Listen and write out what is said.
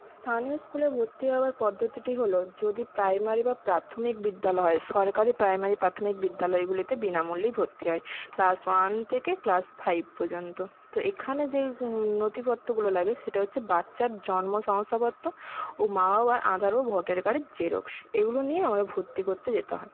স্থানীয় স্কুলে ভর্তি হওয়ার পদ্ধতিটি হলো যদি প্রাইমারি বা প্রাথমিক বিদ্যালয় সরকারি প্রাইমারি প্রাথমিক বিদ্যালয়গুলিতে বিনামূল্যেই ভর্তি হয় ক্লাস ওয়ান থেকে ক্লাস ফাইভ পর্যন্ত তো এখানে যে নথিপত্রগুলো লাগে সেটা হচ্ছে বাচ্চার জন্ম শংসাপত্র ও মা বাবার আধার ও ভোটের কার্ডের জেরক্স এগুলো নিয়ে আমরা ভর্তি করতে যেতে হয়